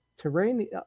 terrain